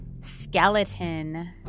Skeleton